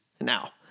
Now